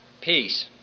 peace